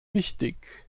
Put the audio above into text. wichtig